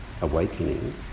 awakening